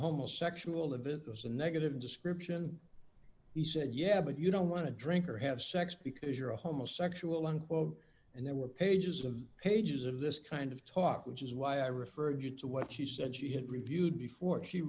homo sexual of it was a negative description he said yeah but you don't want to drink or have sex because you're a homo sexual unquote and there were pages of pages of this kind of talk which is why i referred you to what she said she had reviewed before she